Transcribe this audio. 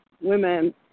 women